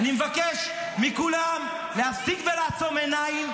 אני מבקש מכולם להפסיק לעצום עיניים,